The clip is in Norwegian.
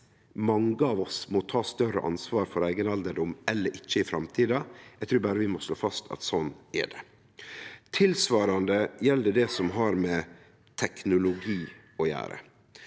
mange av oss må ta større ansvar for eigen alderdom eller ikkje i framtida. Eg trur berre vi må slå fast at sånn er det. Tilsvarande gjeld det som har med teknologi å gjere.